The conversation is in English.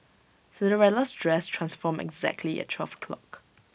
Cinderella's dress transformed exactly at twelve o'clock